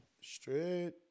Straight